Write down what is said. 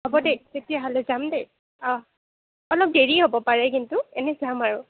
হ'ব দে তেতিয়াহ'লে যাম দে অলপ দেৰি হ'ব পাৰে কিন্তু এনে যাম আৰু